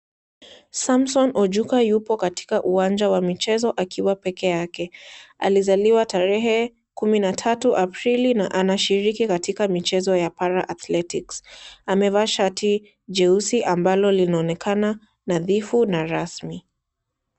Samson Ojuka yupo katika uwanja wa michezo akiwa peke yake, alizaliwa tarehe kumi na tatu Aprili na anashiriki katika michezo ya (cs)Para Athletics(cs),amevaa shati jeusi ambalo linaonekana nadhifu na rasmi.